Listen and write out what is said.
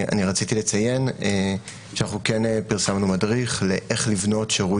רציתי לציין שפרסמנו מדריך איך לבנות שירות